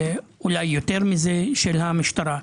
אולי יותר מזה, של המשטרה.